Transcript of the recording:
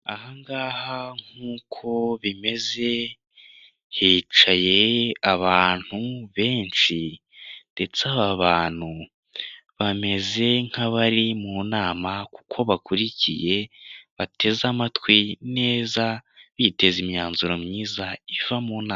Aha ngaha nk'uko bimeze, hicaye abantu benshi ndetse aba bantu bameze nk'abari mu inama kuko bakurikiye, bateze amatwi neza, biteze imyanzuro myiza iva mu nama.